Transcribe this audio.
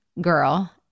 girl